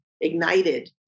ignited